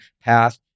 path